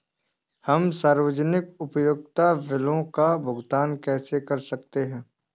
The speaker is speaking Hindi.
हम सार्वजनिक उपयोगिता बिलों का भुगतान कैसे कर सकते हैं?